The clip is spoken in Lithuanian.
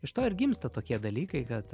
iš to ir gimsta tokie dalykai kad